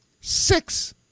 six